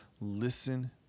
Listen